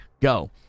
go